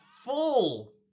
full